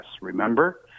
remember